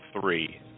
three